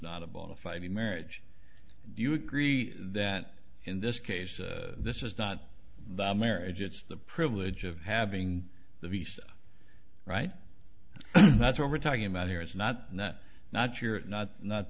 not a bona fide marriage do you agree that in this case this is not the marriage it's the privilege of having the beast right that's what we're talking about here is not not not your not not